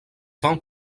tant